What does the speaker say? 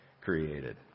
created